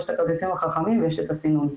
יש את הכרטיסים החכמים ויש את הסינון.